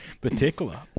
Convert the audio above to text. Particular